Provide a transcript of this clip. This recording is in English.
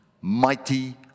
mighty